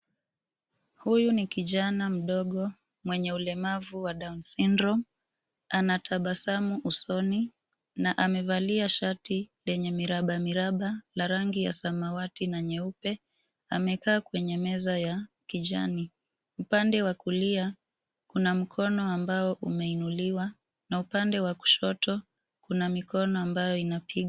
Huyu ni kijana mdogo mwenye ulemavu wa down syndrome . Anatabasamu usoni na amevalia shati lenye mirabamiraba la rangi ya samawati na meupe. Amekaa kwenye meza ya kijani. Upande wa kulia, kuna mkono ambao umeinuliwa na upande wa kushoto kuna mikono ambayo inapiga.